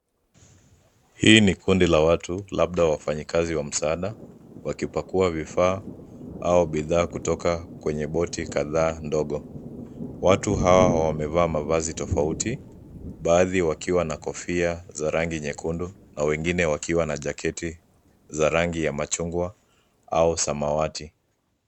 Hii ni kundi la watu labda wafanyikazi wa msaada, wakipakua vifaa au bidhaa kutoka kwenye boti kadhaa ndogo. Watu hawa wamevaa mavazi tofauti, baadhi wakiwa na kofia za rangi nyekundu na wengine wakiwa na jaketi za rangi ya machungwa au samawati.